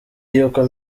y’uko